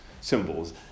symbols